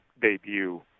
debut